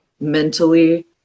mentally